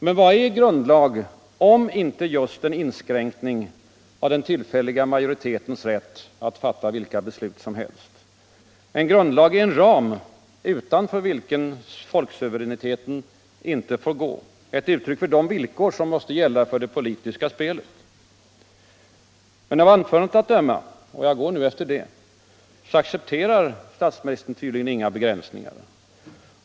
Vad är grundlag om inte just en inskränkning av den tillfälliga majoritetens rätt att fatta vilka beslut som helst? En grundlag är en ram utanför vilken folksuveräniteten inte får gå, dvs. ett uttryck för de villkor som måste gälla för det politiska spelet. Men av anförandet att döma — och jag går nu efter det — accepterar statsministern tydligen inga begränsningar.